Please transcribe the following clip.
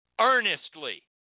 earnestly